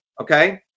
okay